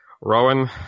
Rowan